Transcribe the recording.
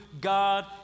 God